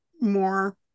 more